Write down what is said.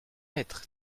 être